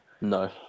No